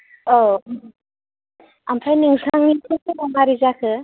औ आमफ्राय नोंसानि मारै जाखो